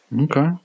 Okay